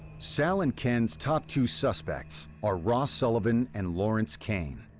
sal and ken's top two suspects are ross sullivan and lawrence kane.